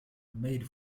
made